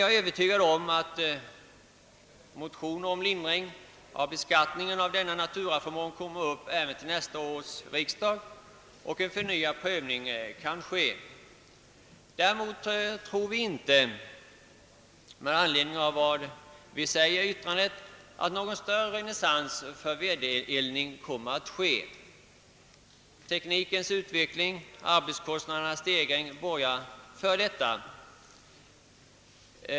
Jag är övertygad om att motioner om lindring av beskattningen av ifrågavarande naturaförmån kommer upp till nästa års riksdag och att förnyad prövning av frågan då kan ske. Som vi framhåller i det särskilda yttrandet tror vi inte att det kommer att ske någon större renässans för vedeldning. Teknikens utveckling och arbetskostnadernas stegring borgar för detta.